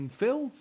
Phil